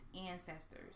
ancestors